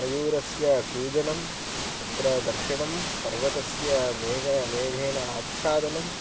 मयूरस्य कूजनं तत्र दर्शनं पर्वतस्य मेघ मेघेन आच्छादनं